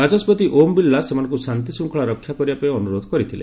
ବାଚସ୍କତି ଓମ୍ ବିର୍ଲା ସେମାନଙ୍କୁ ଶାନ୍ତିଶୃଙ୍ଖଳା ରକ୍ଷା କରିବା ପାଇଁ ଅନୁରୋଧ କରିଥିଲେ